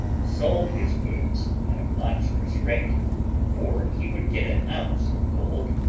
sold his goods at a monstrous rate for he would get an ounce of gold,